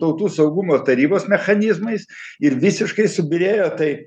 tautų saugumo tarybos mechanizmais ir visiškai subyrėjo tai